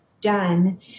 done